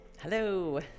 Hello